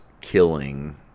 killing